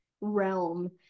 realm